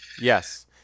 yes